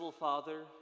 Father